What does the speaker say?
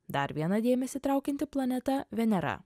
dar viena dėmesį traukianti planeta venera